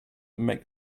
make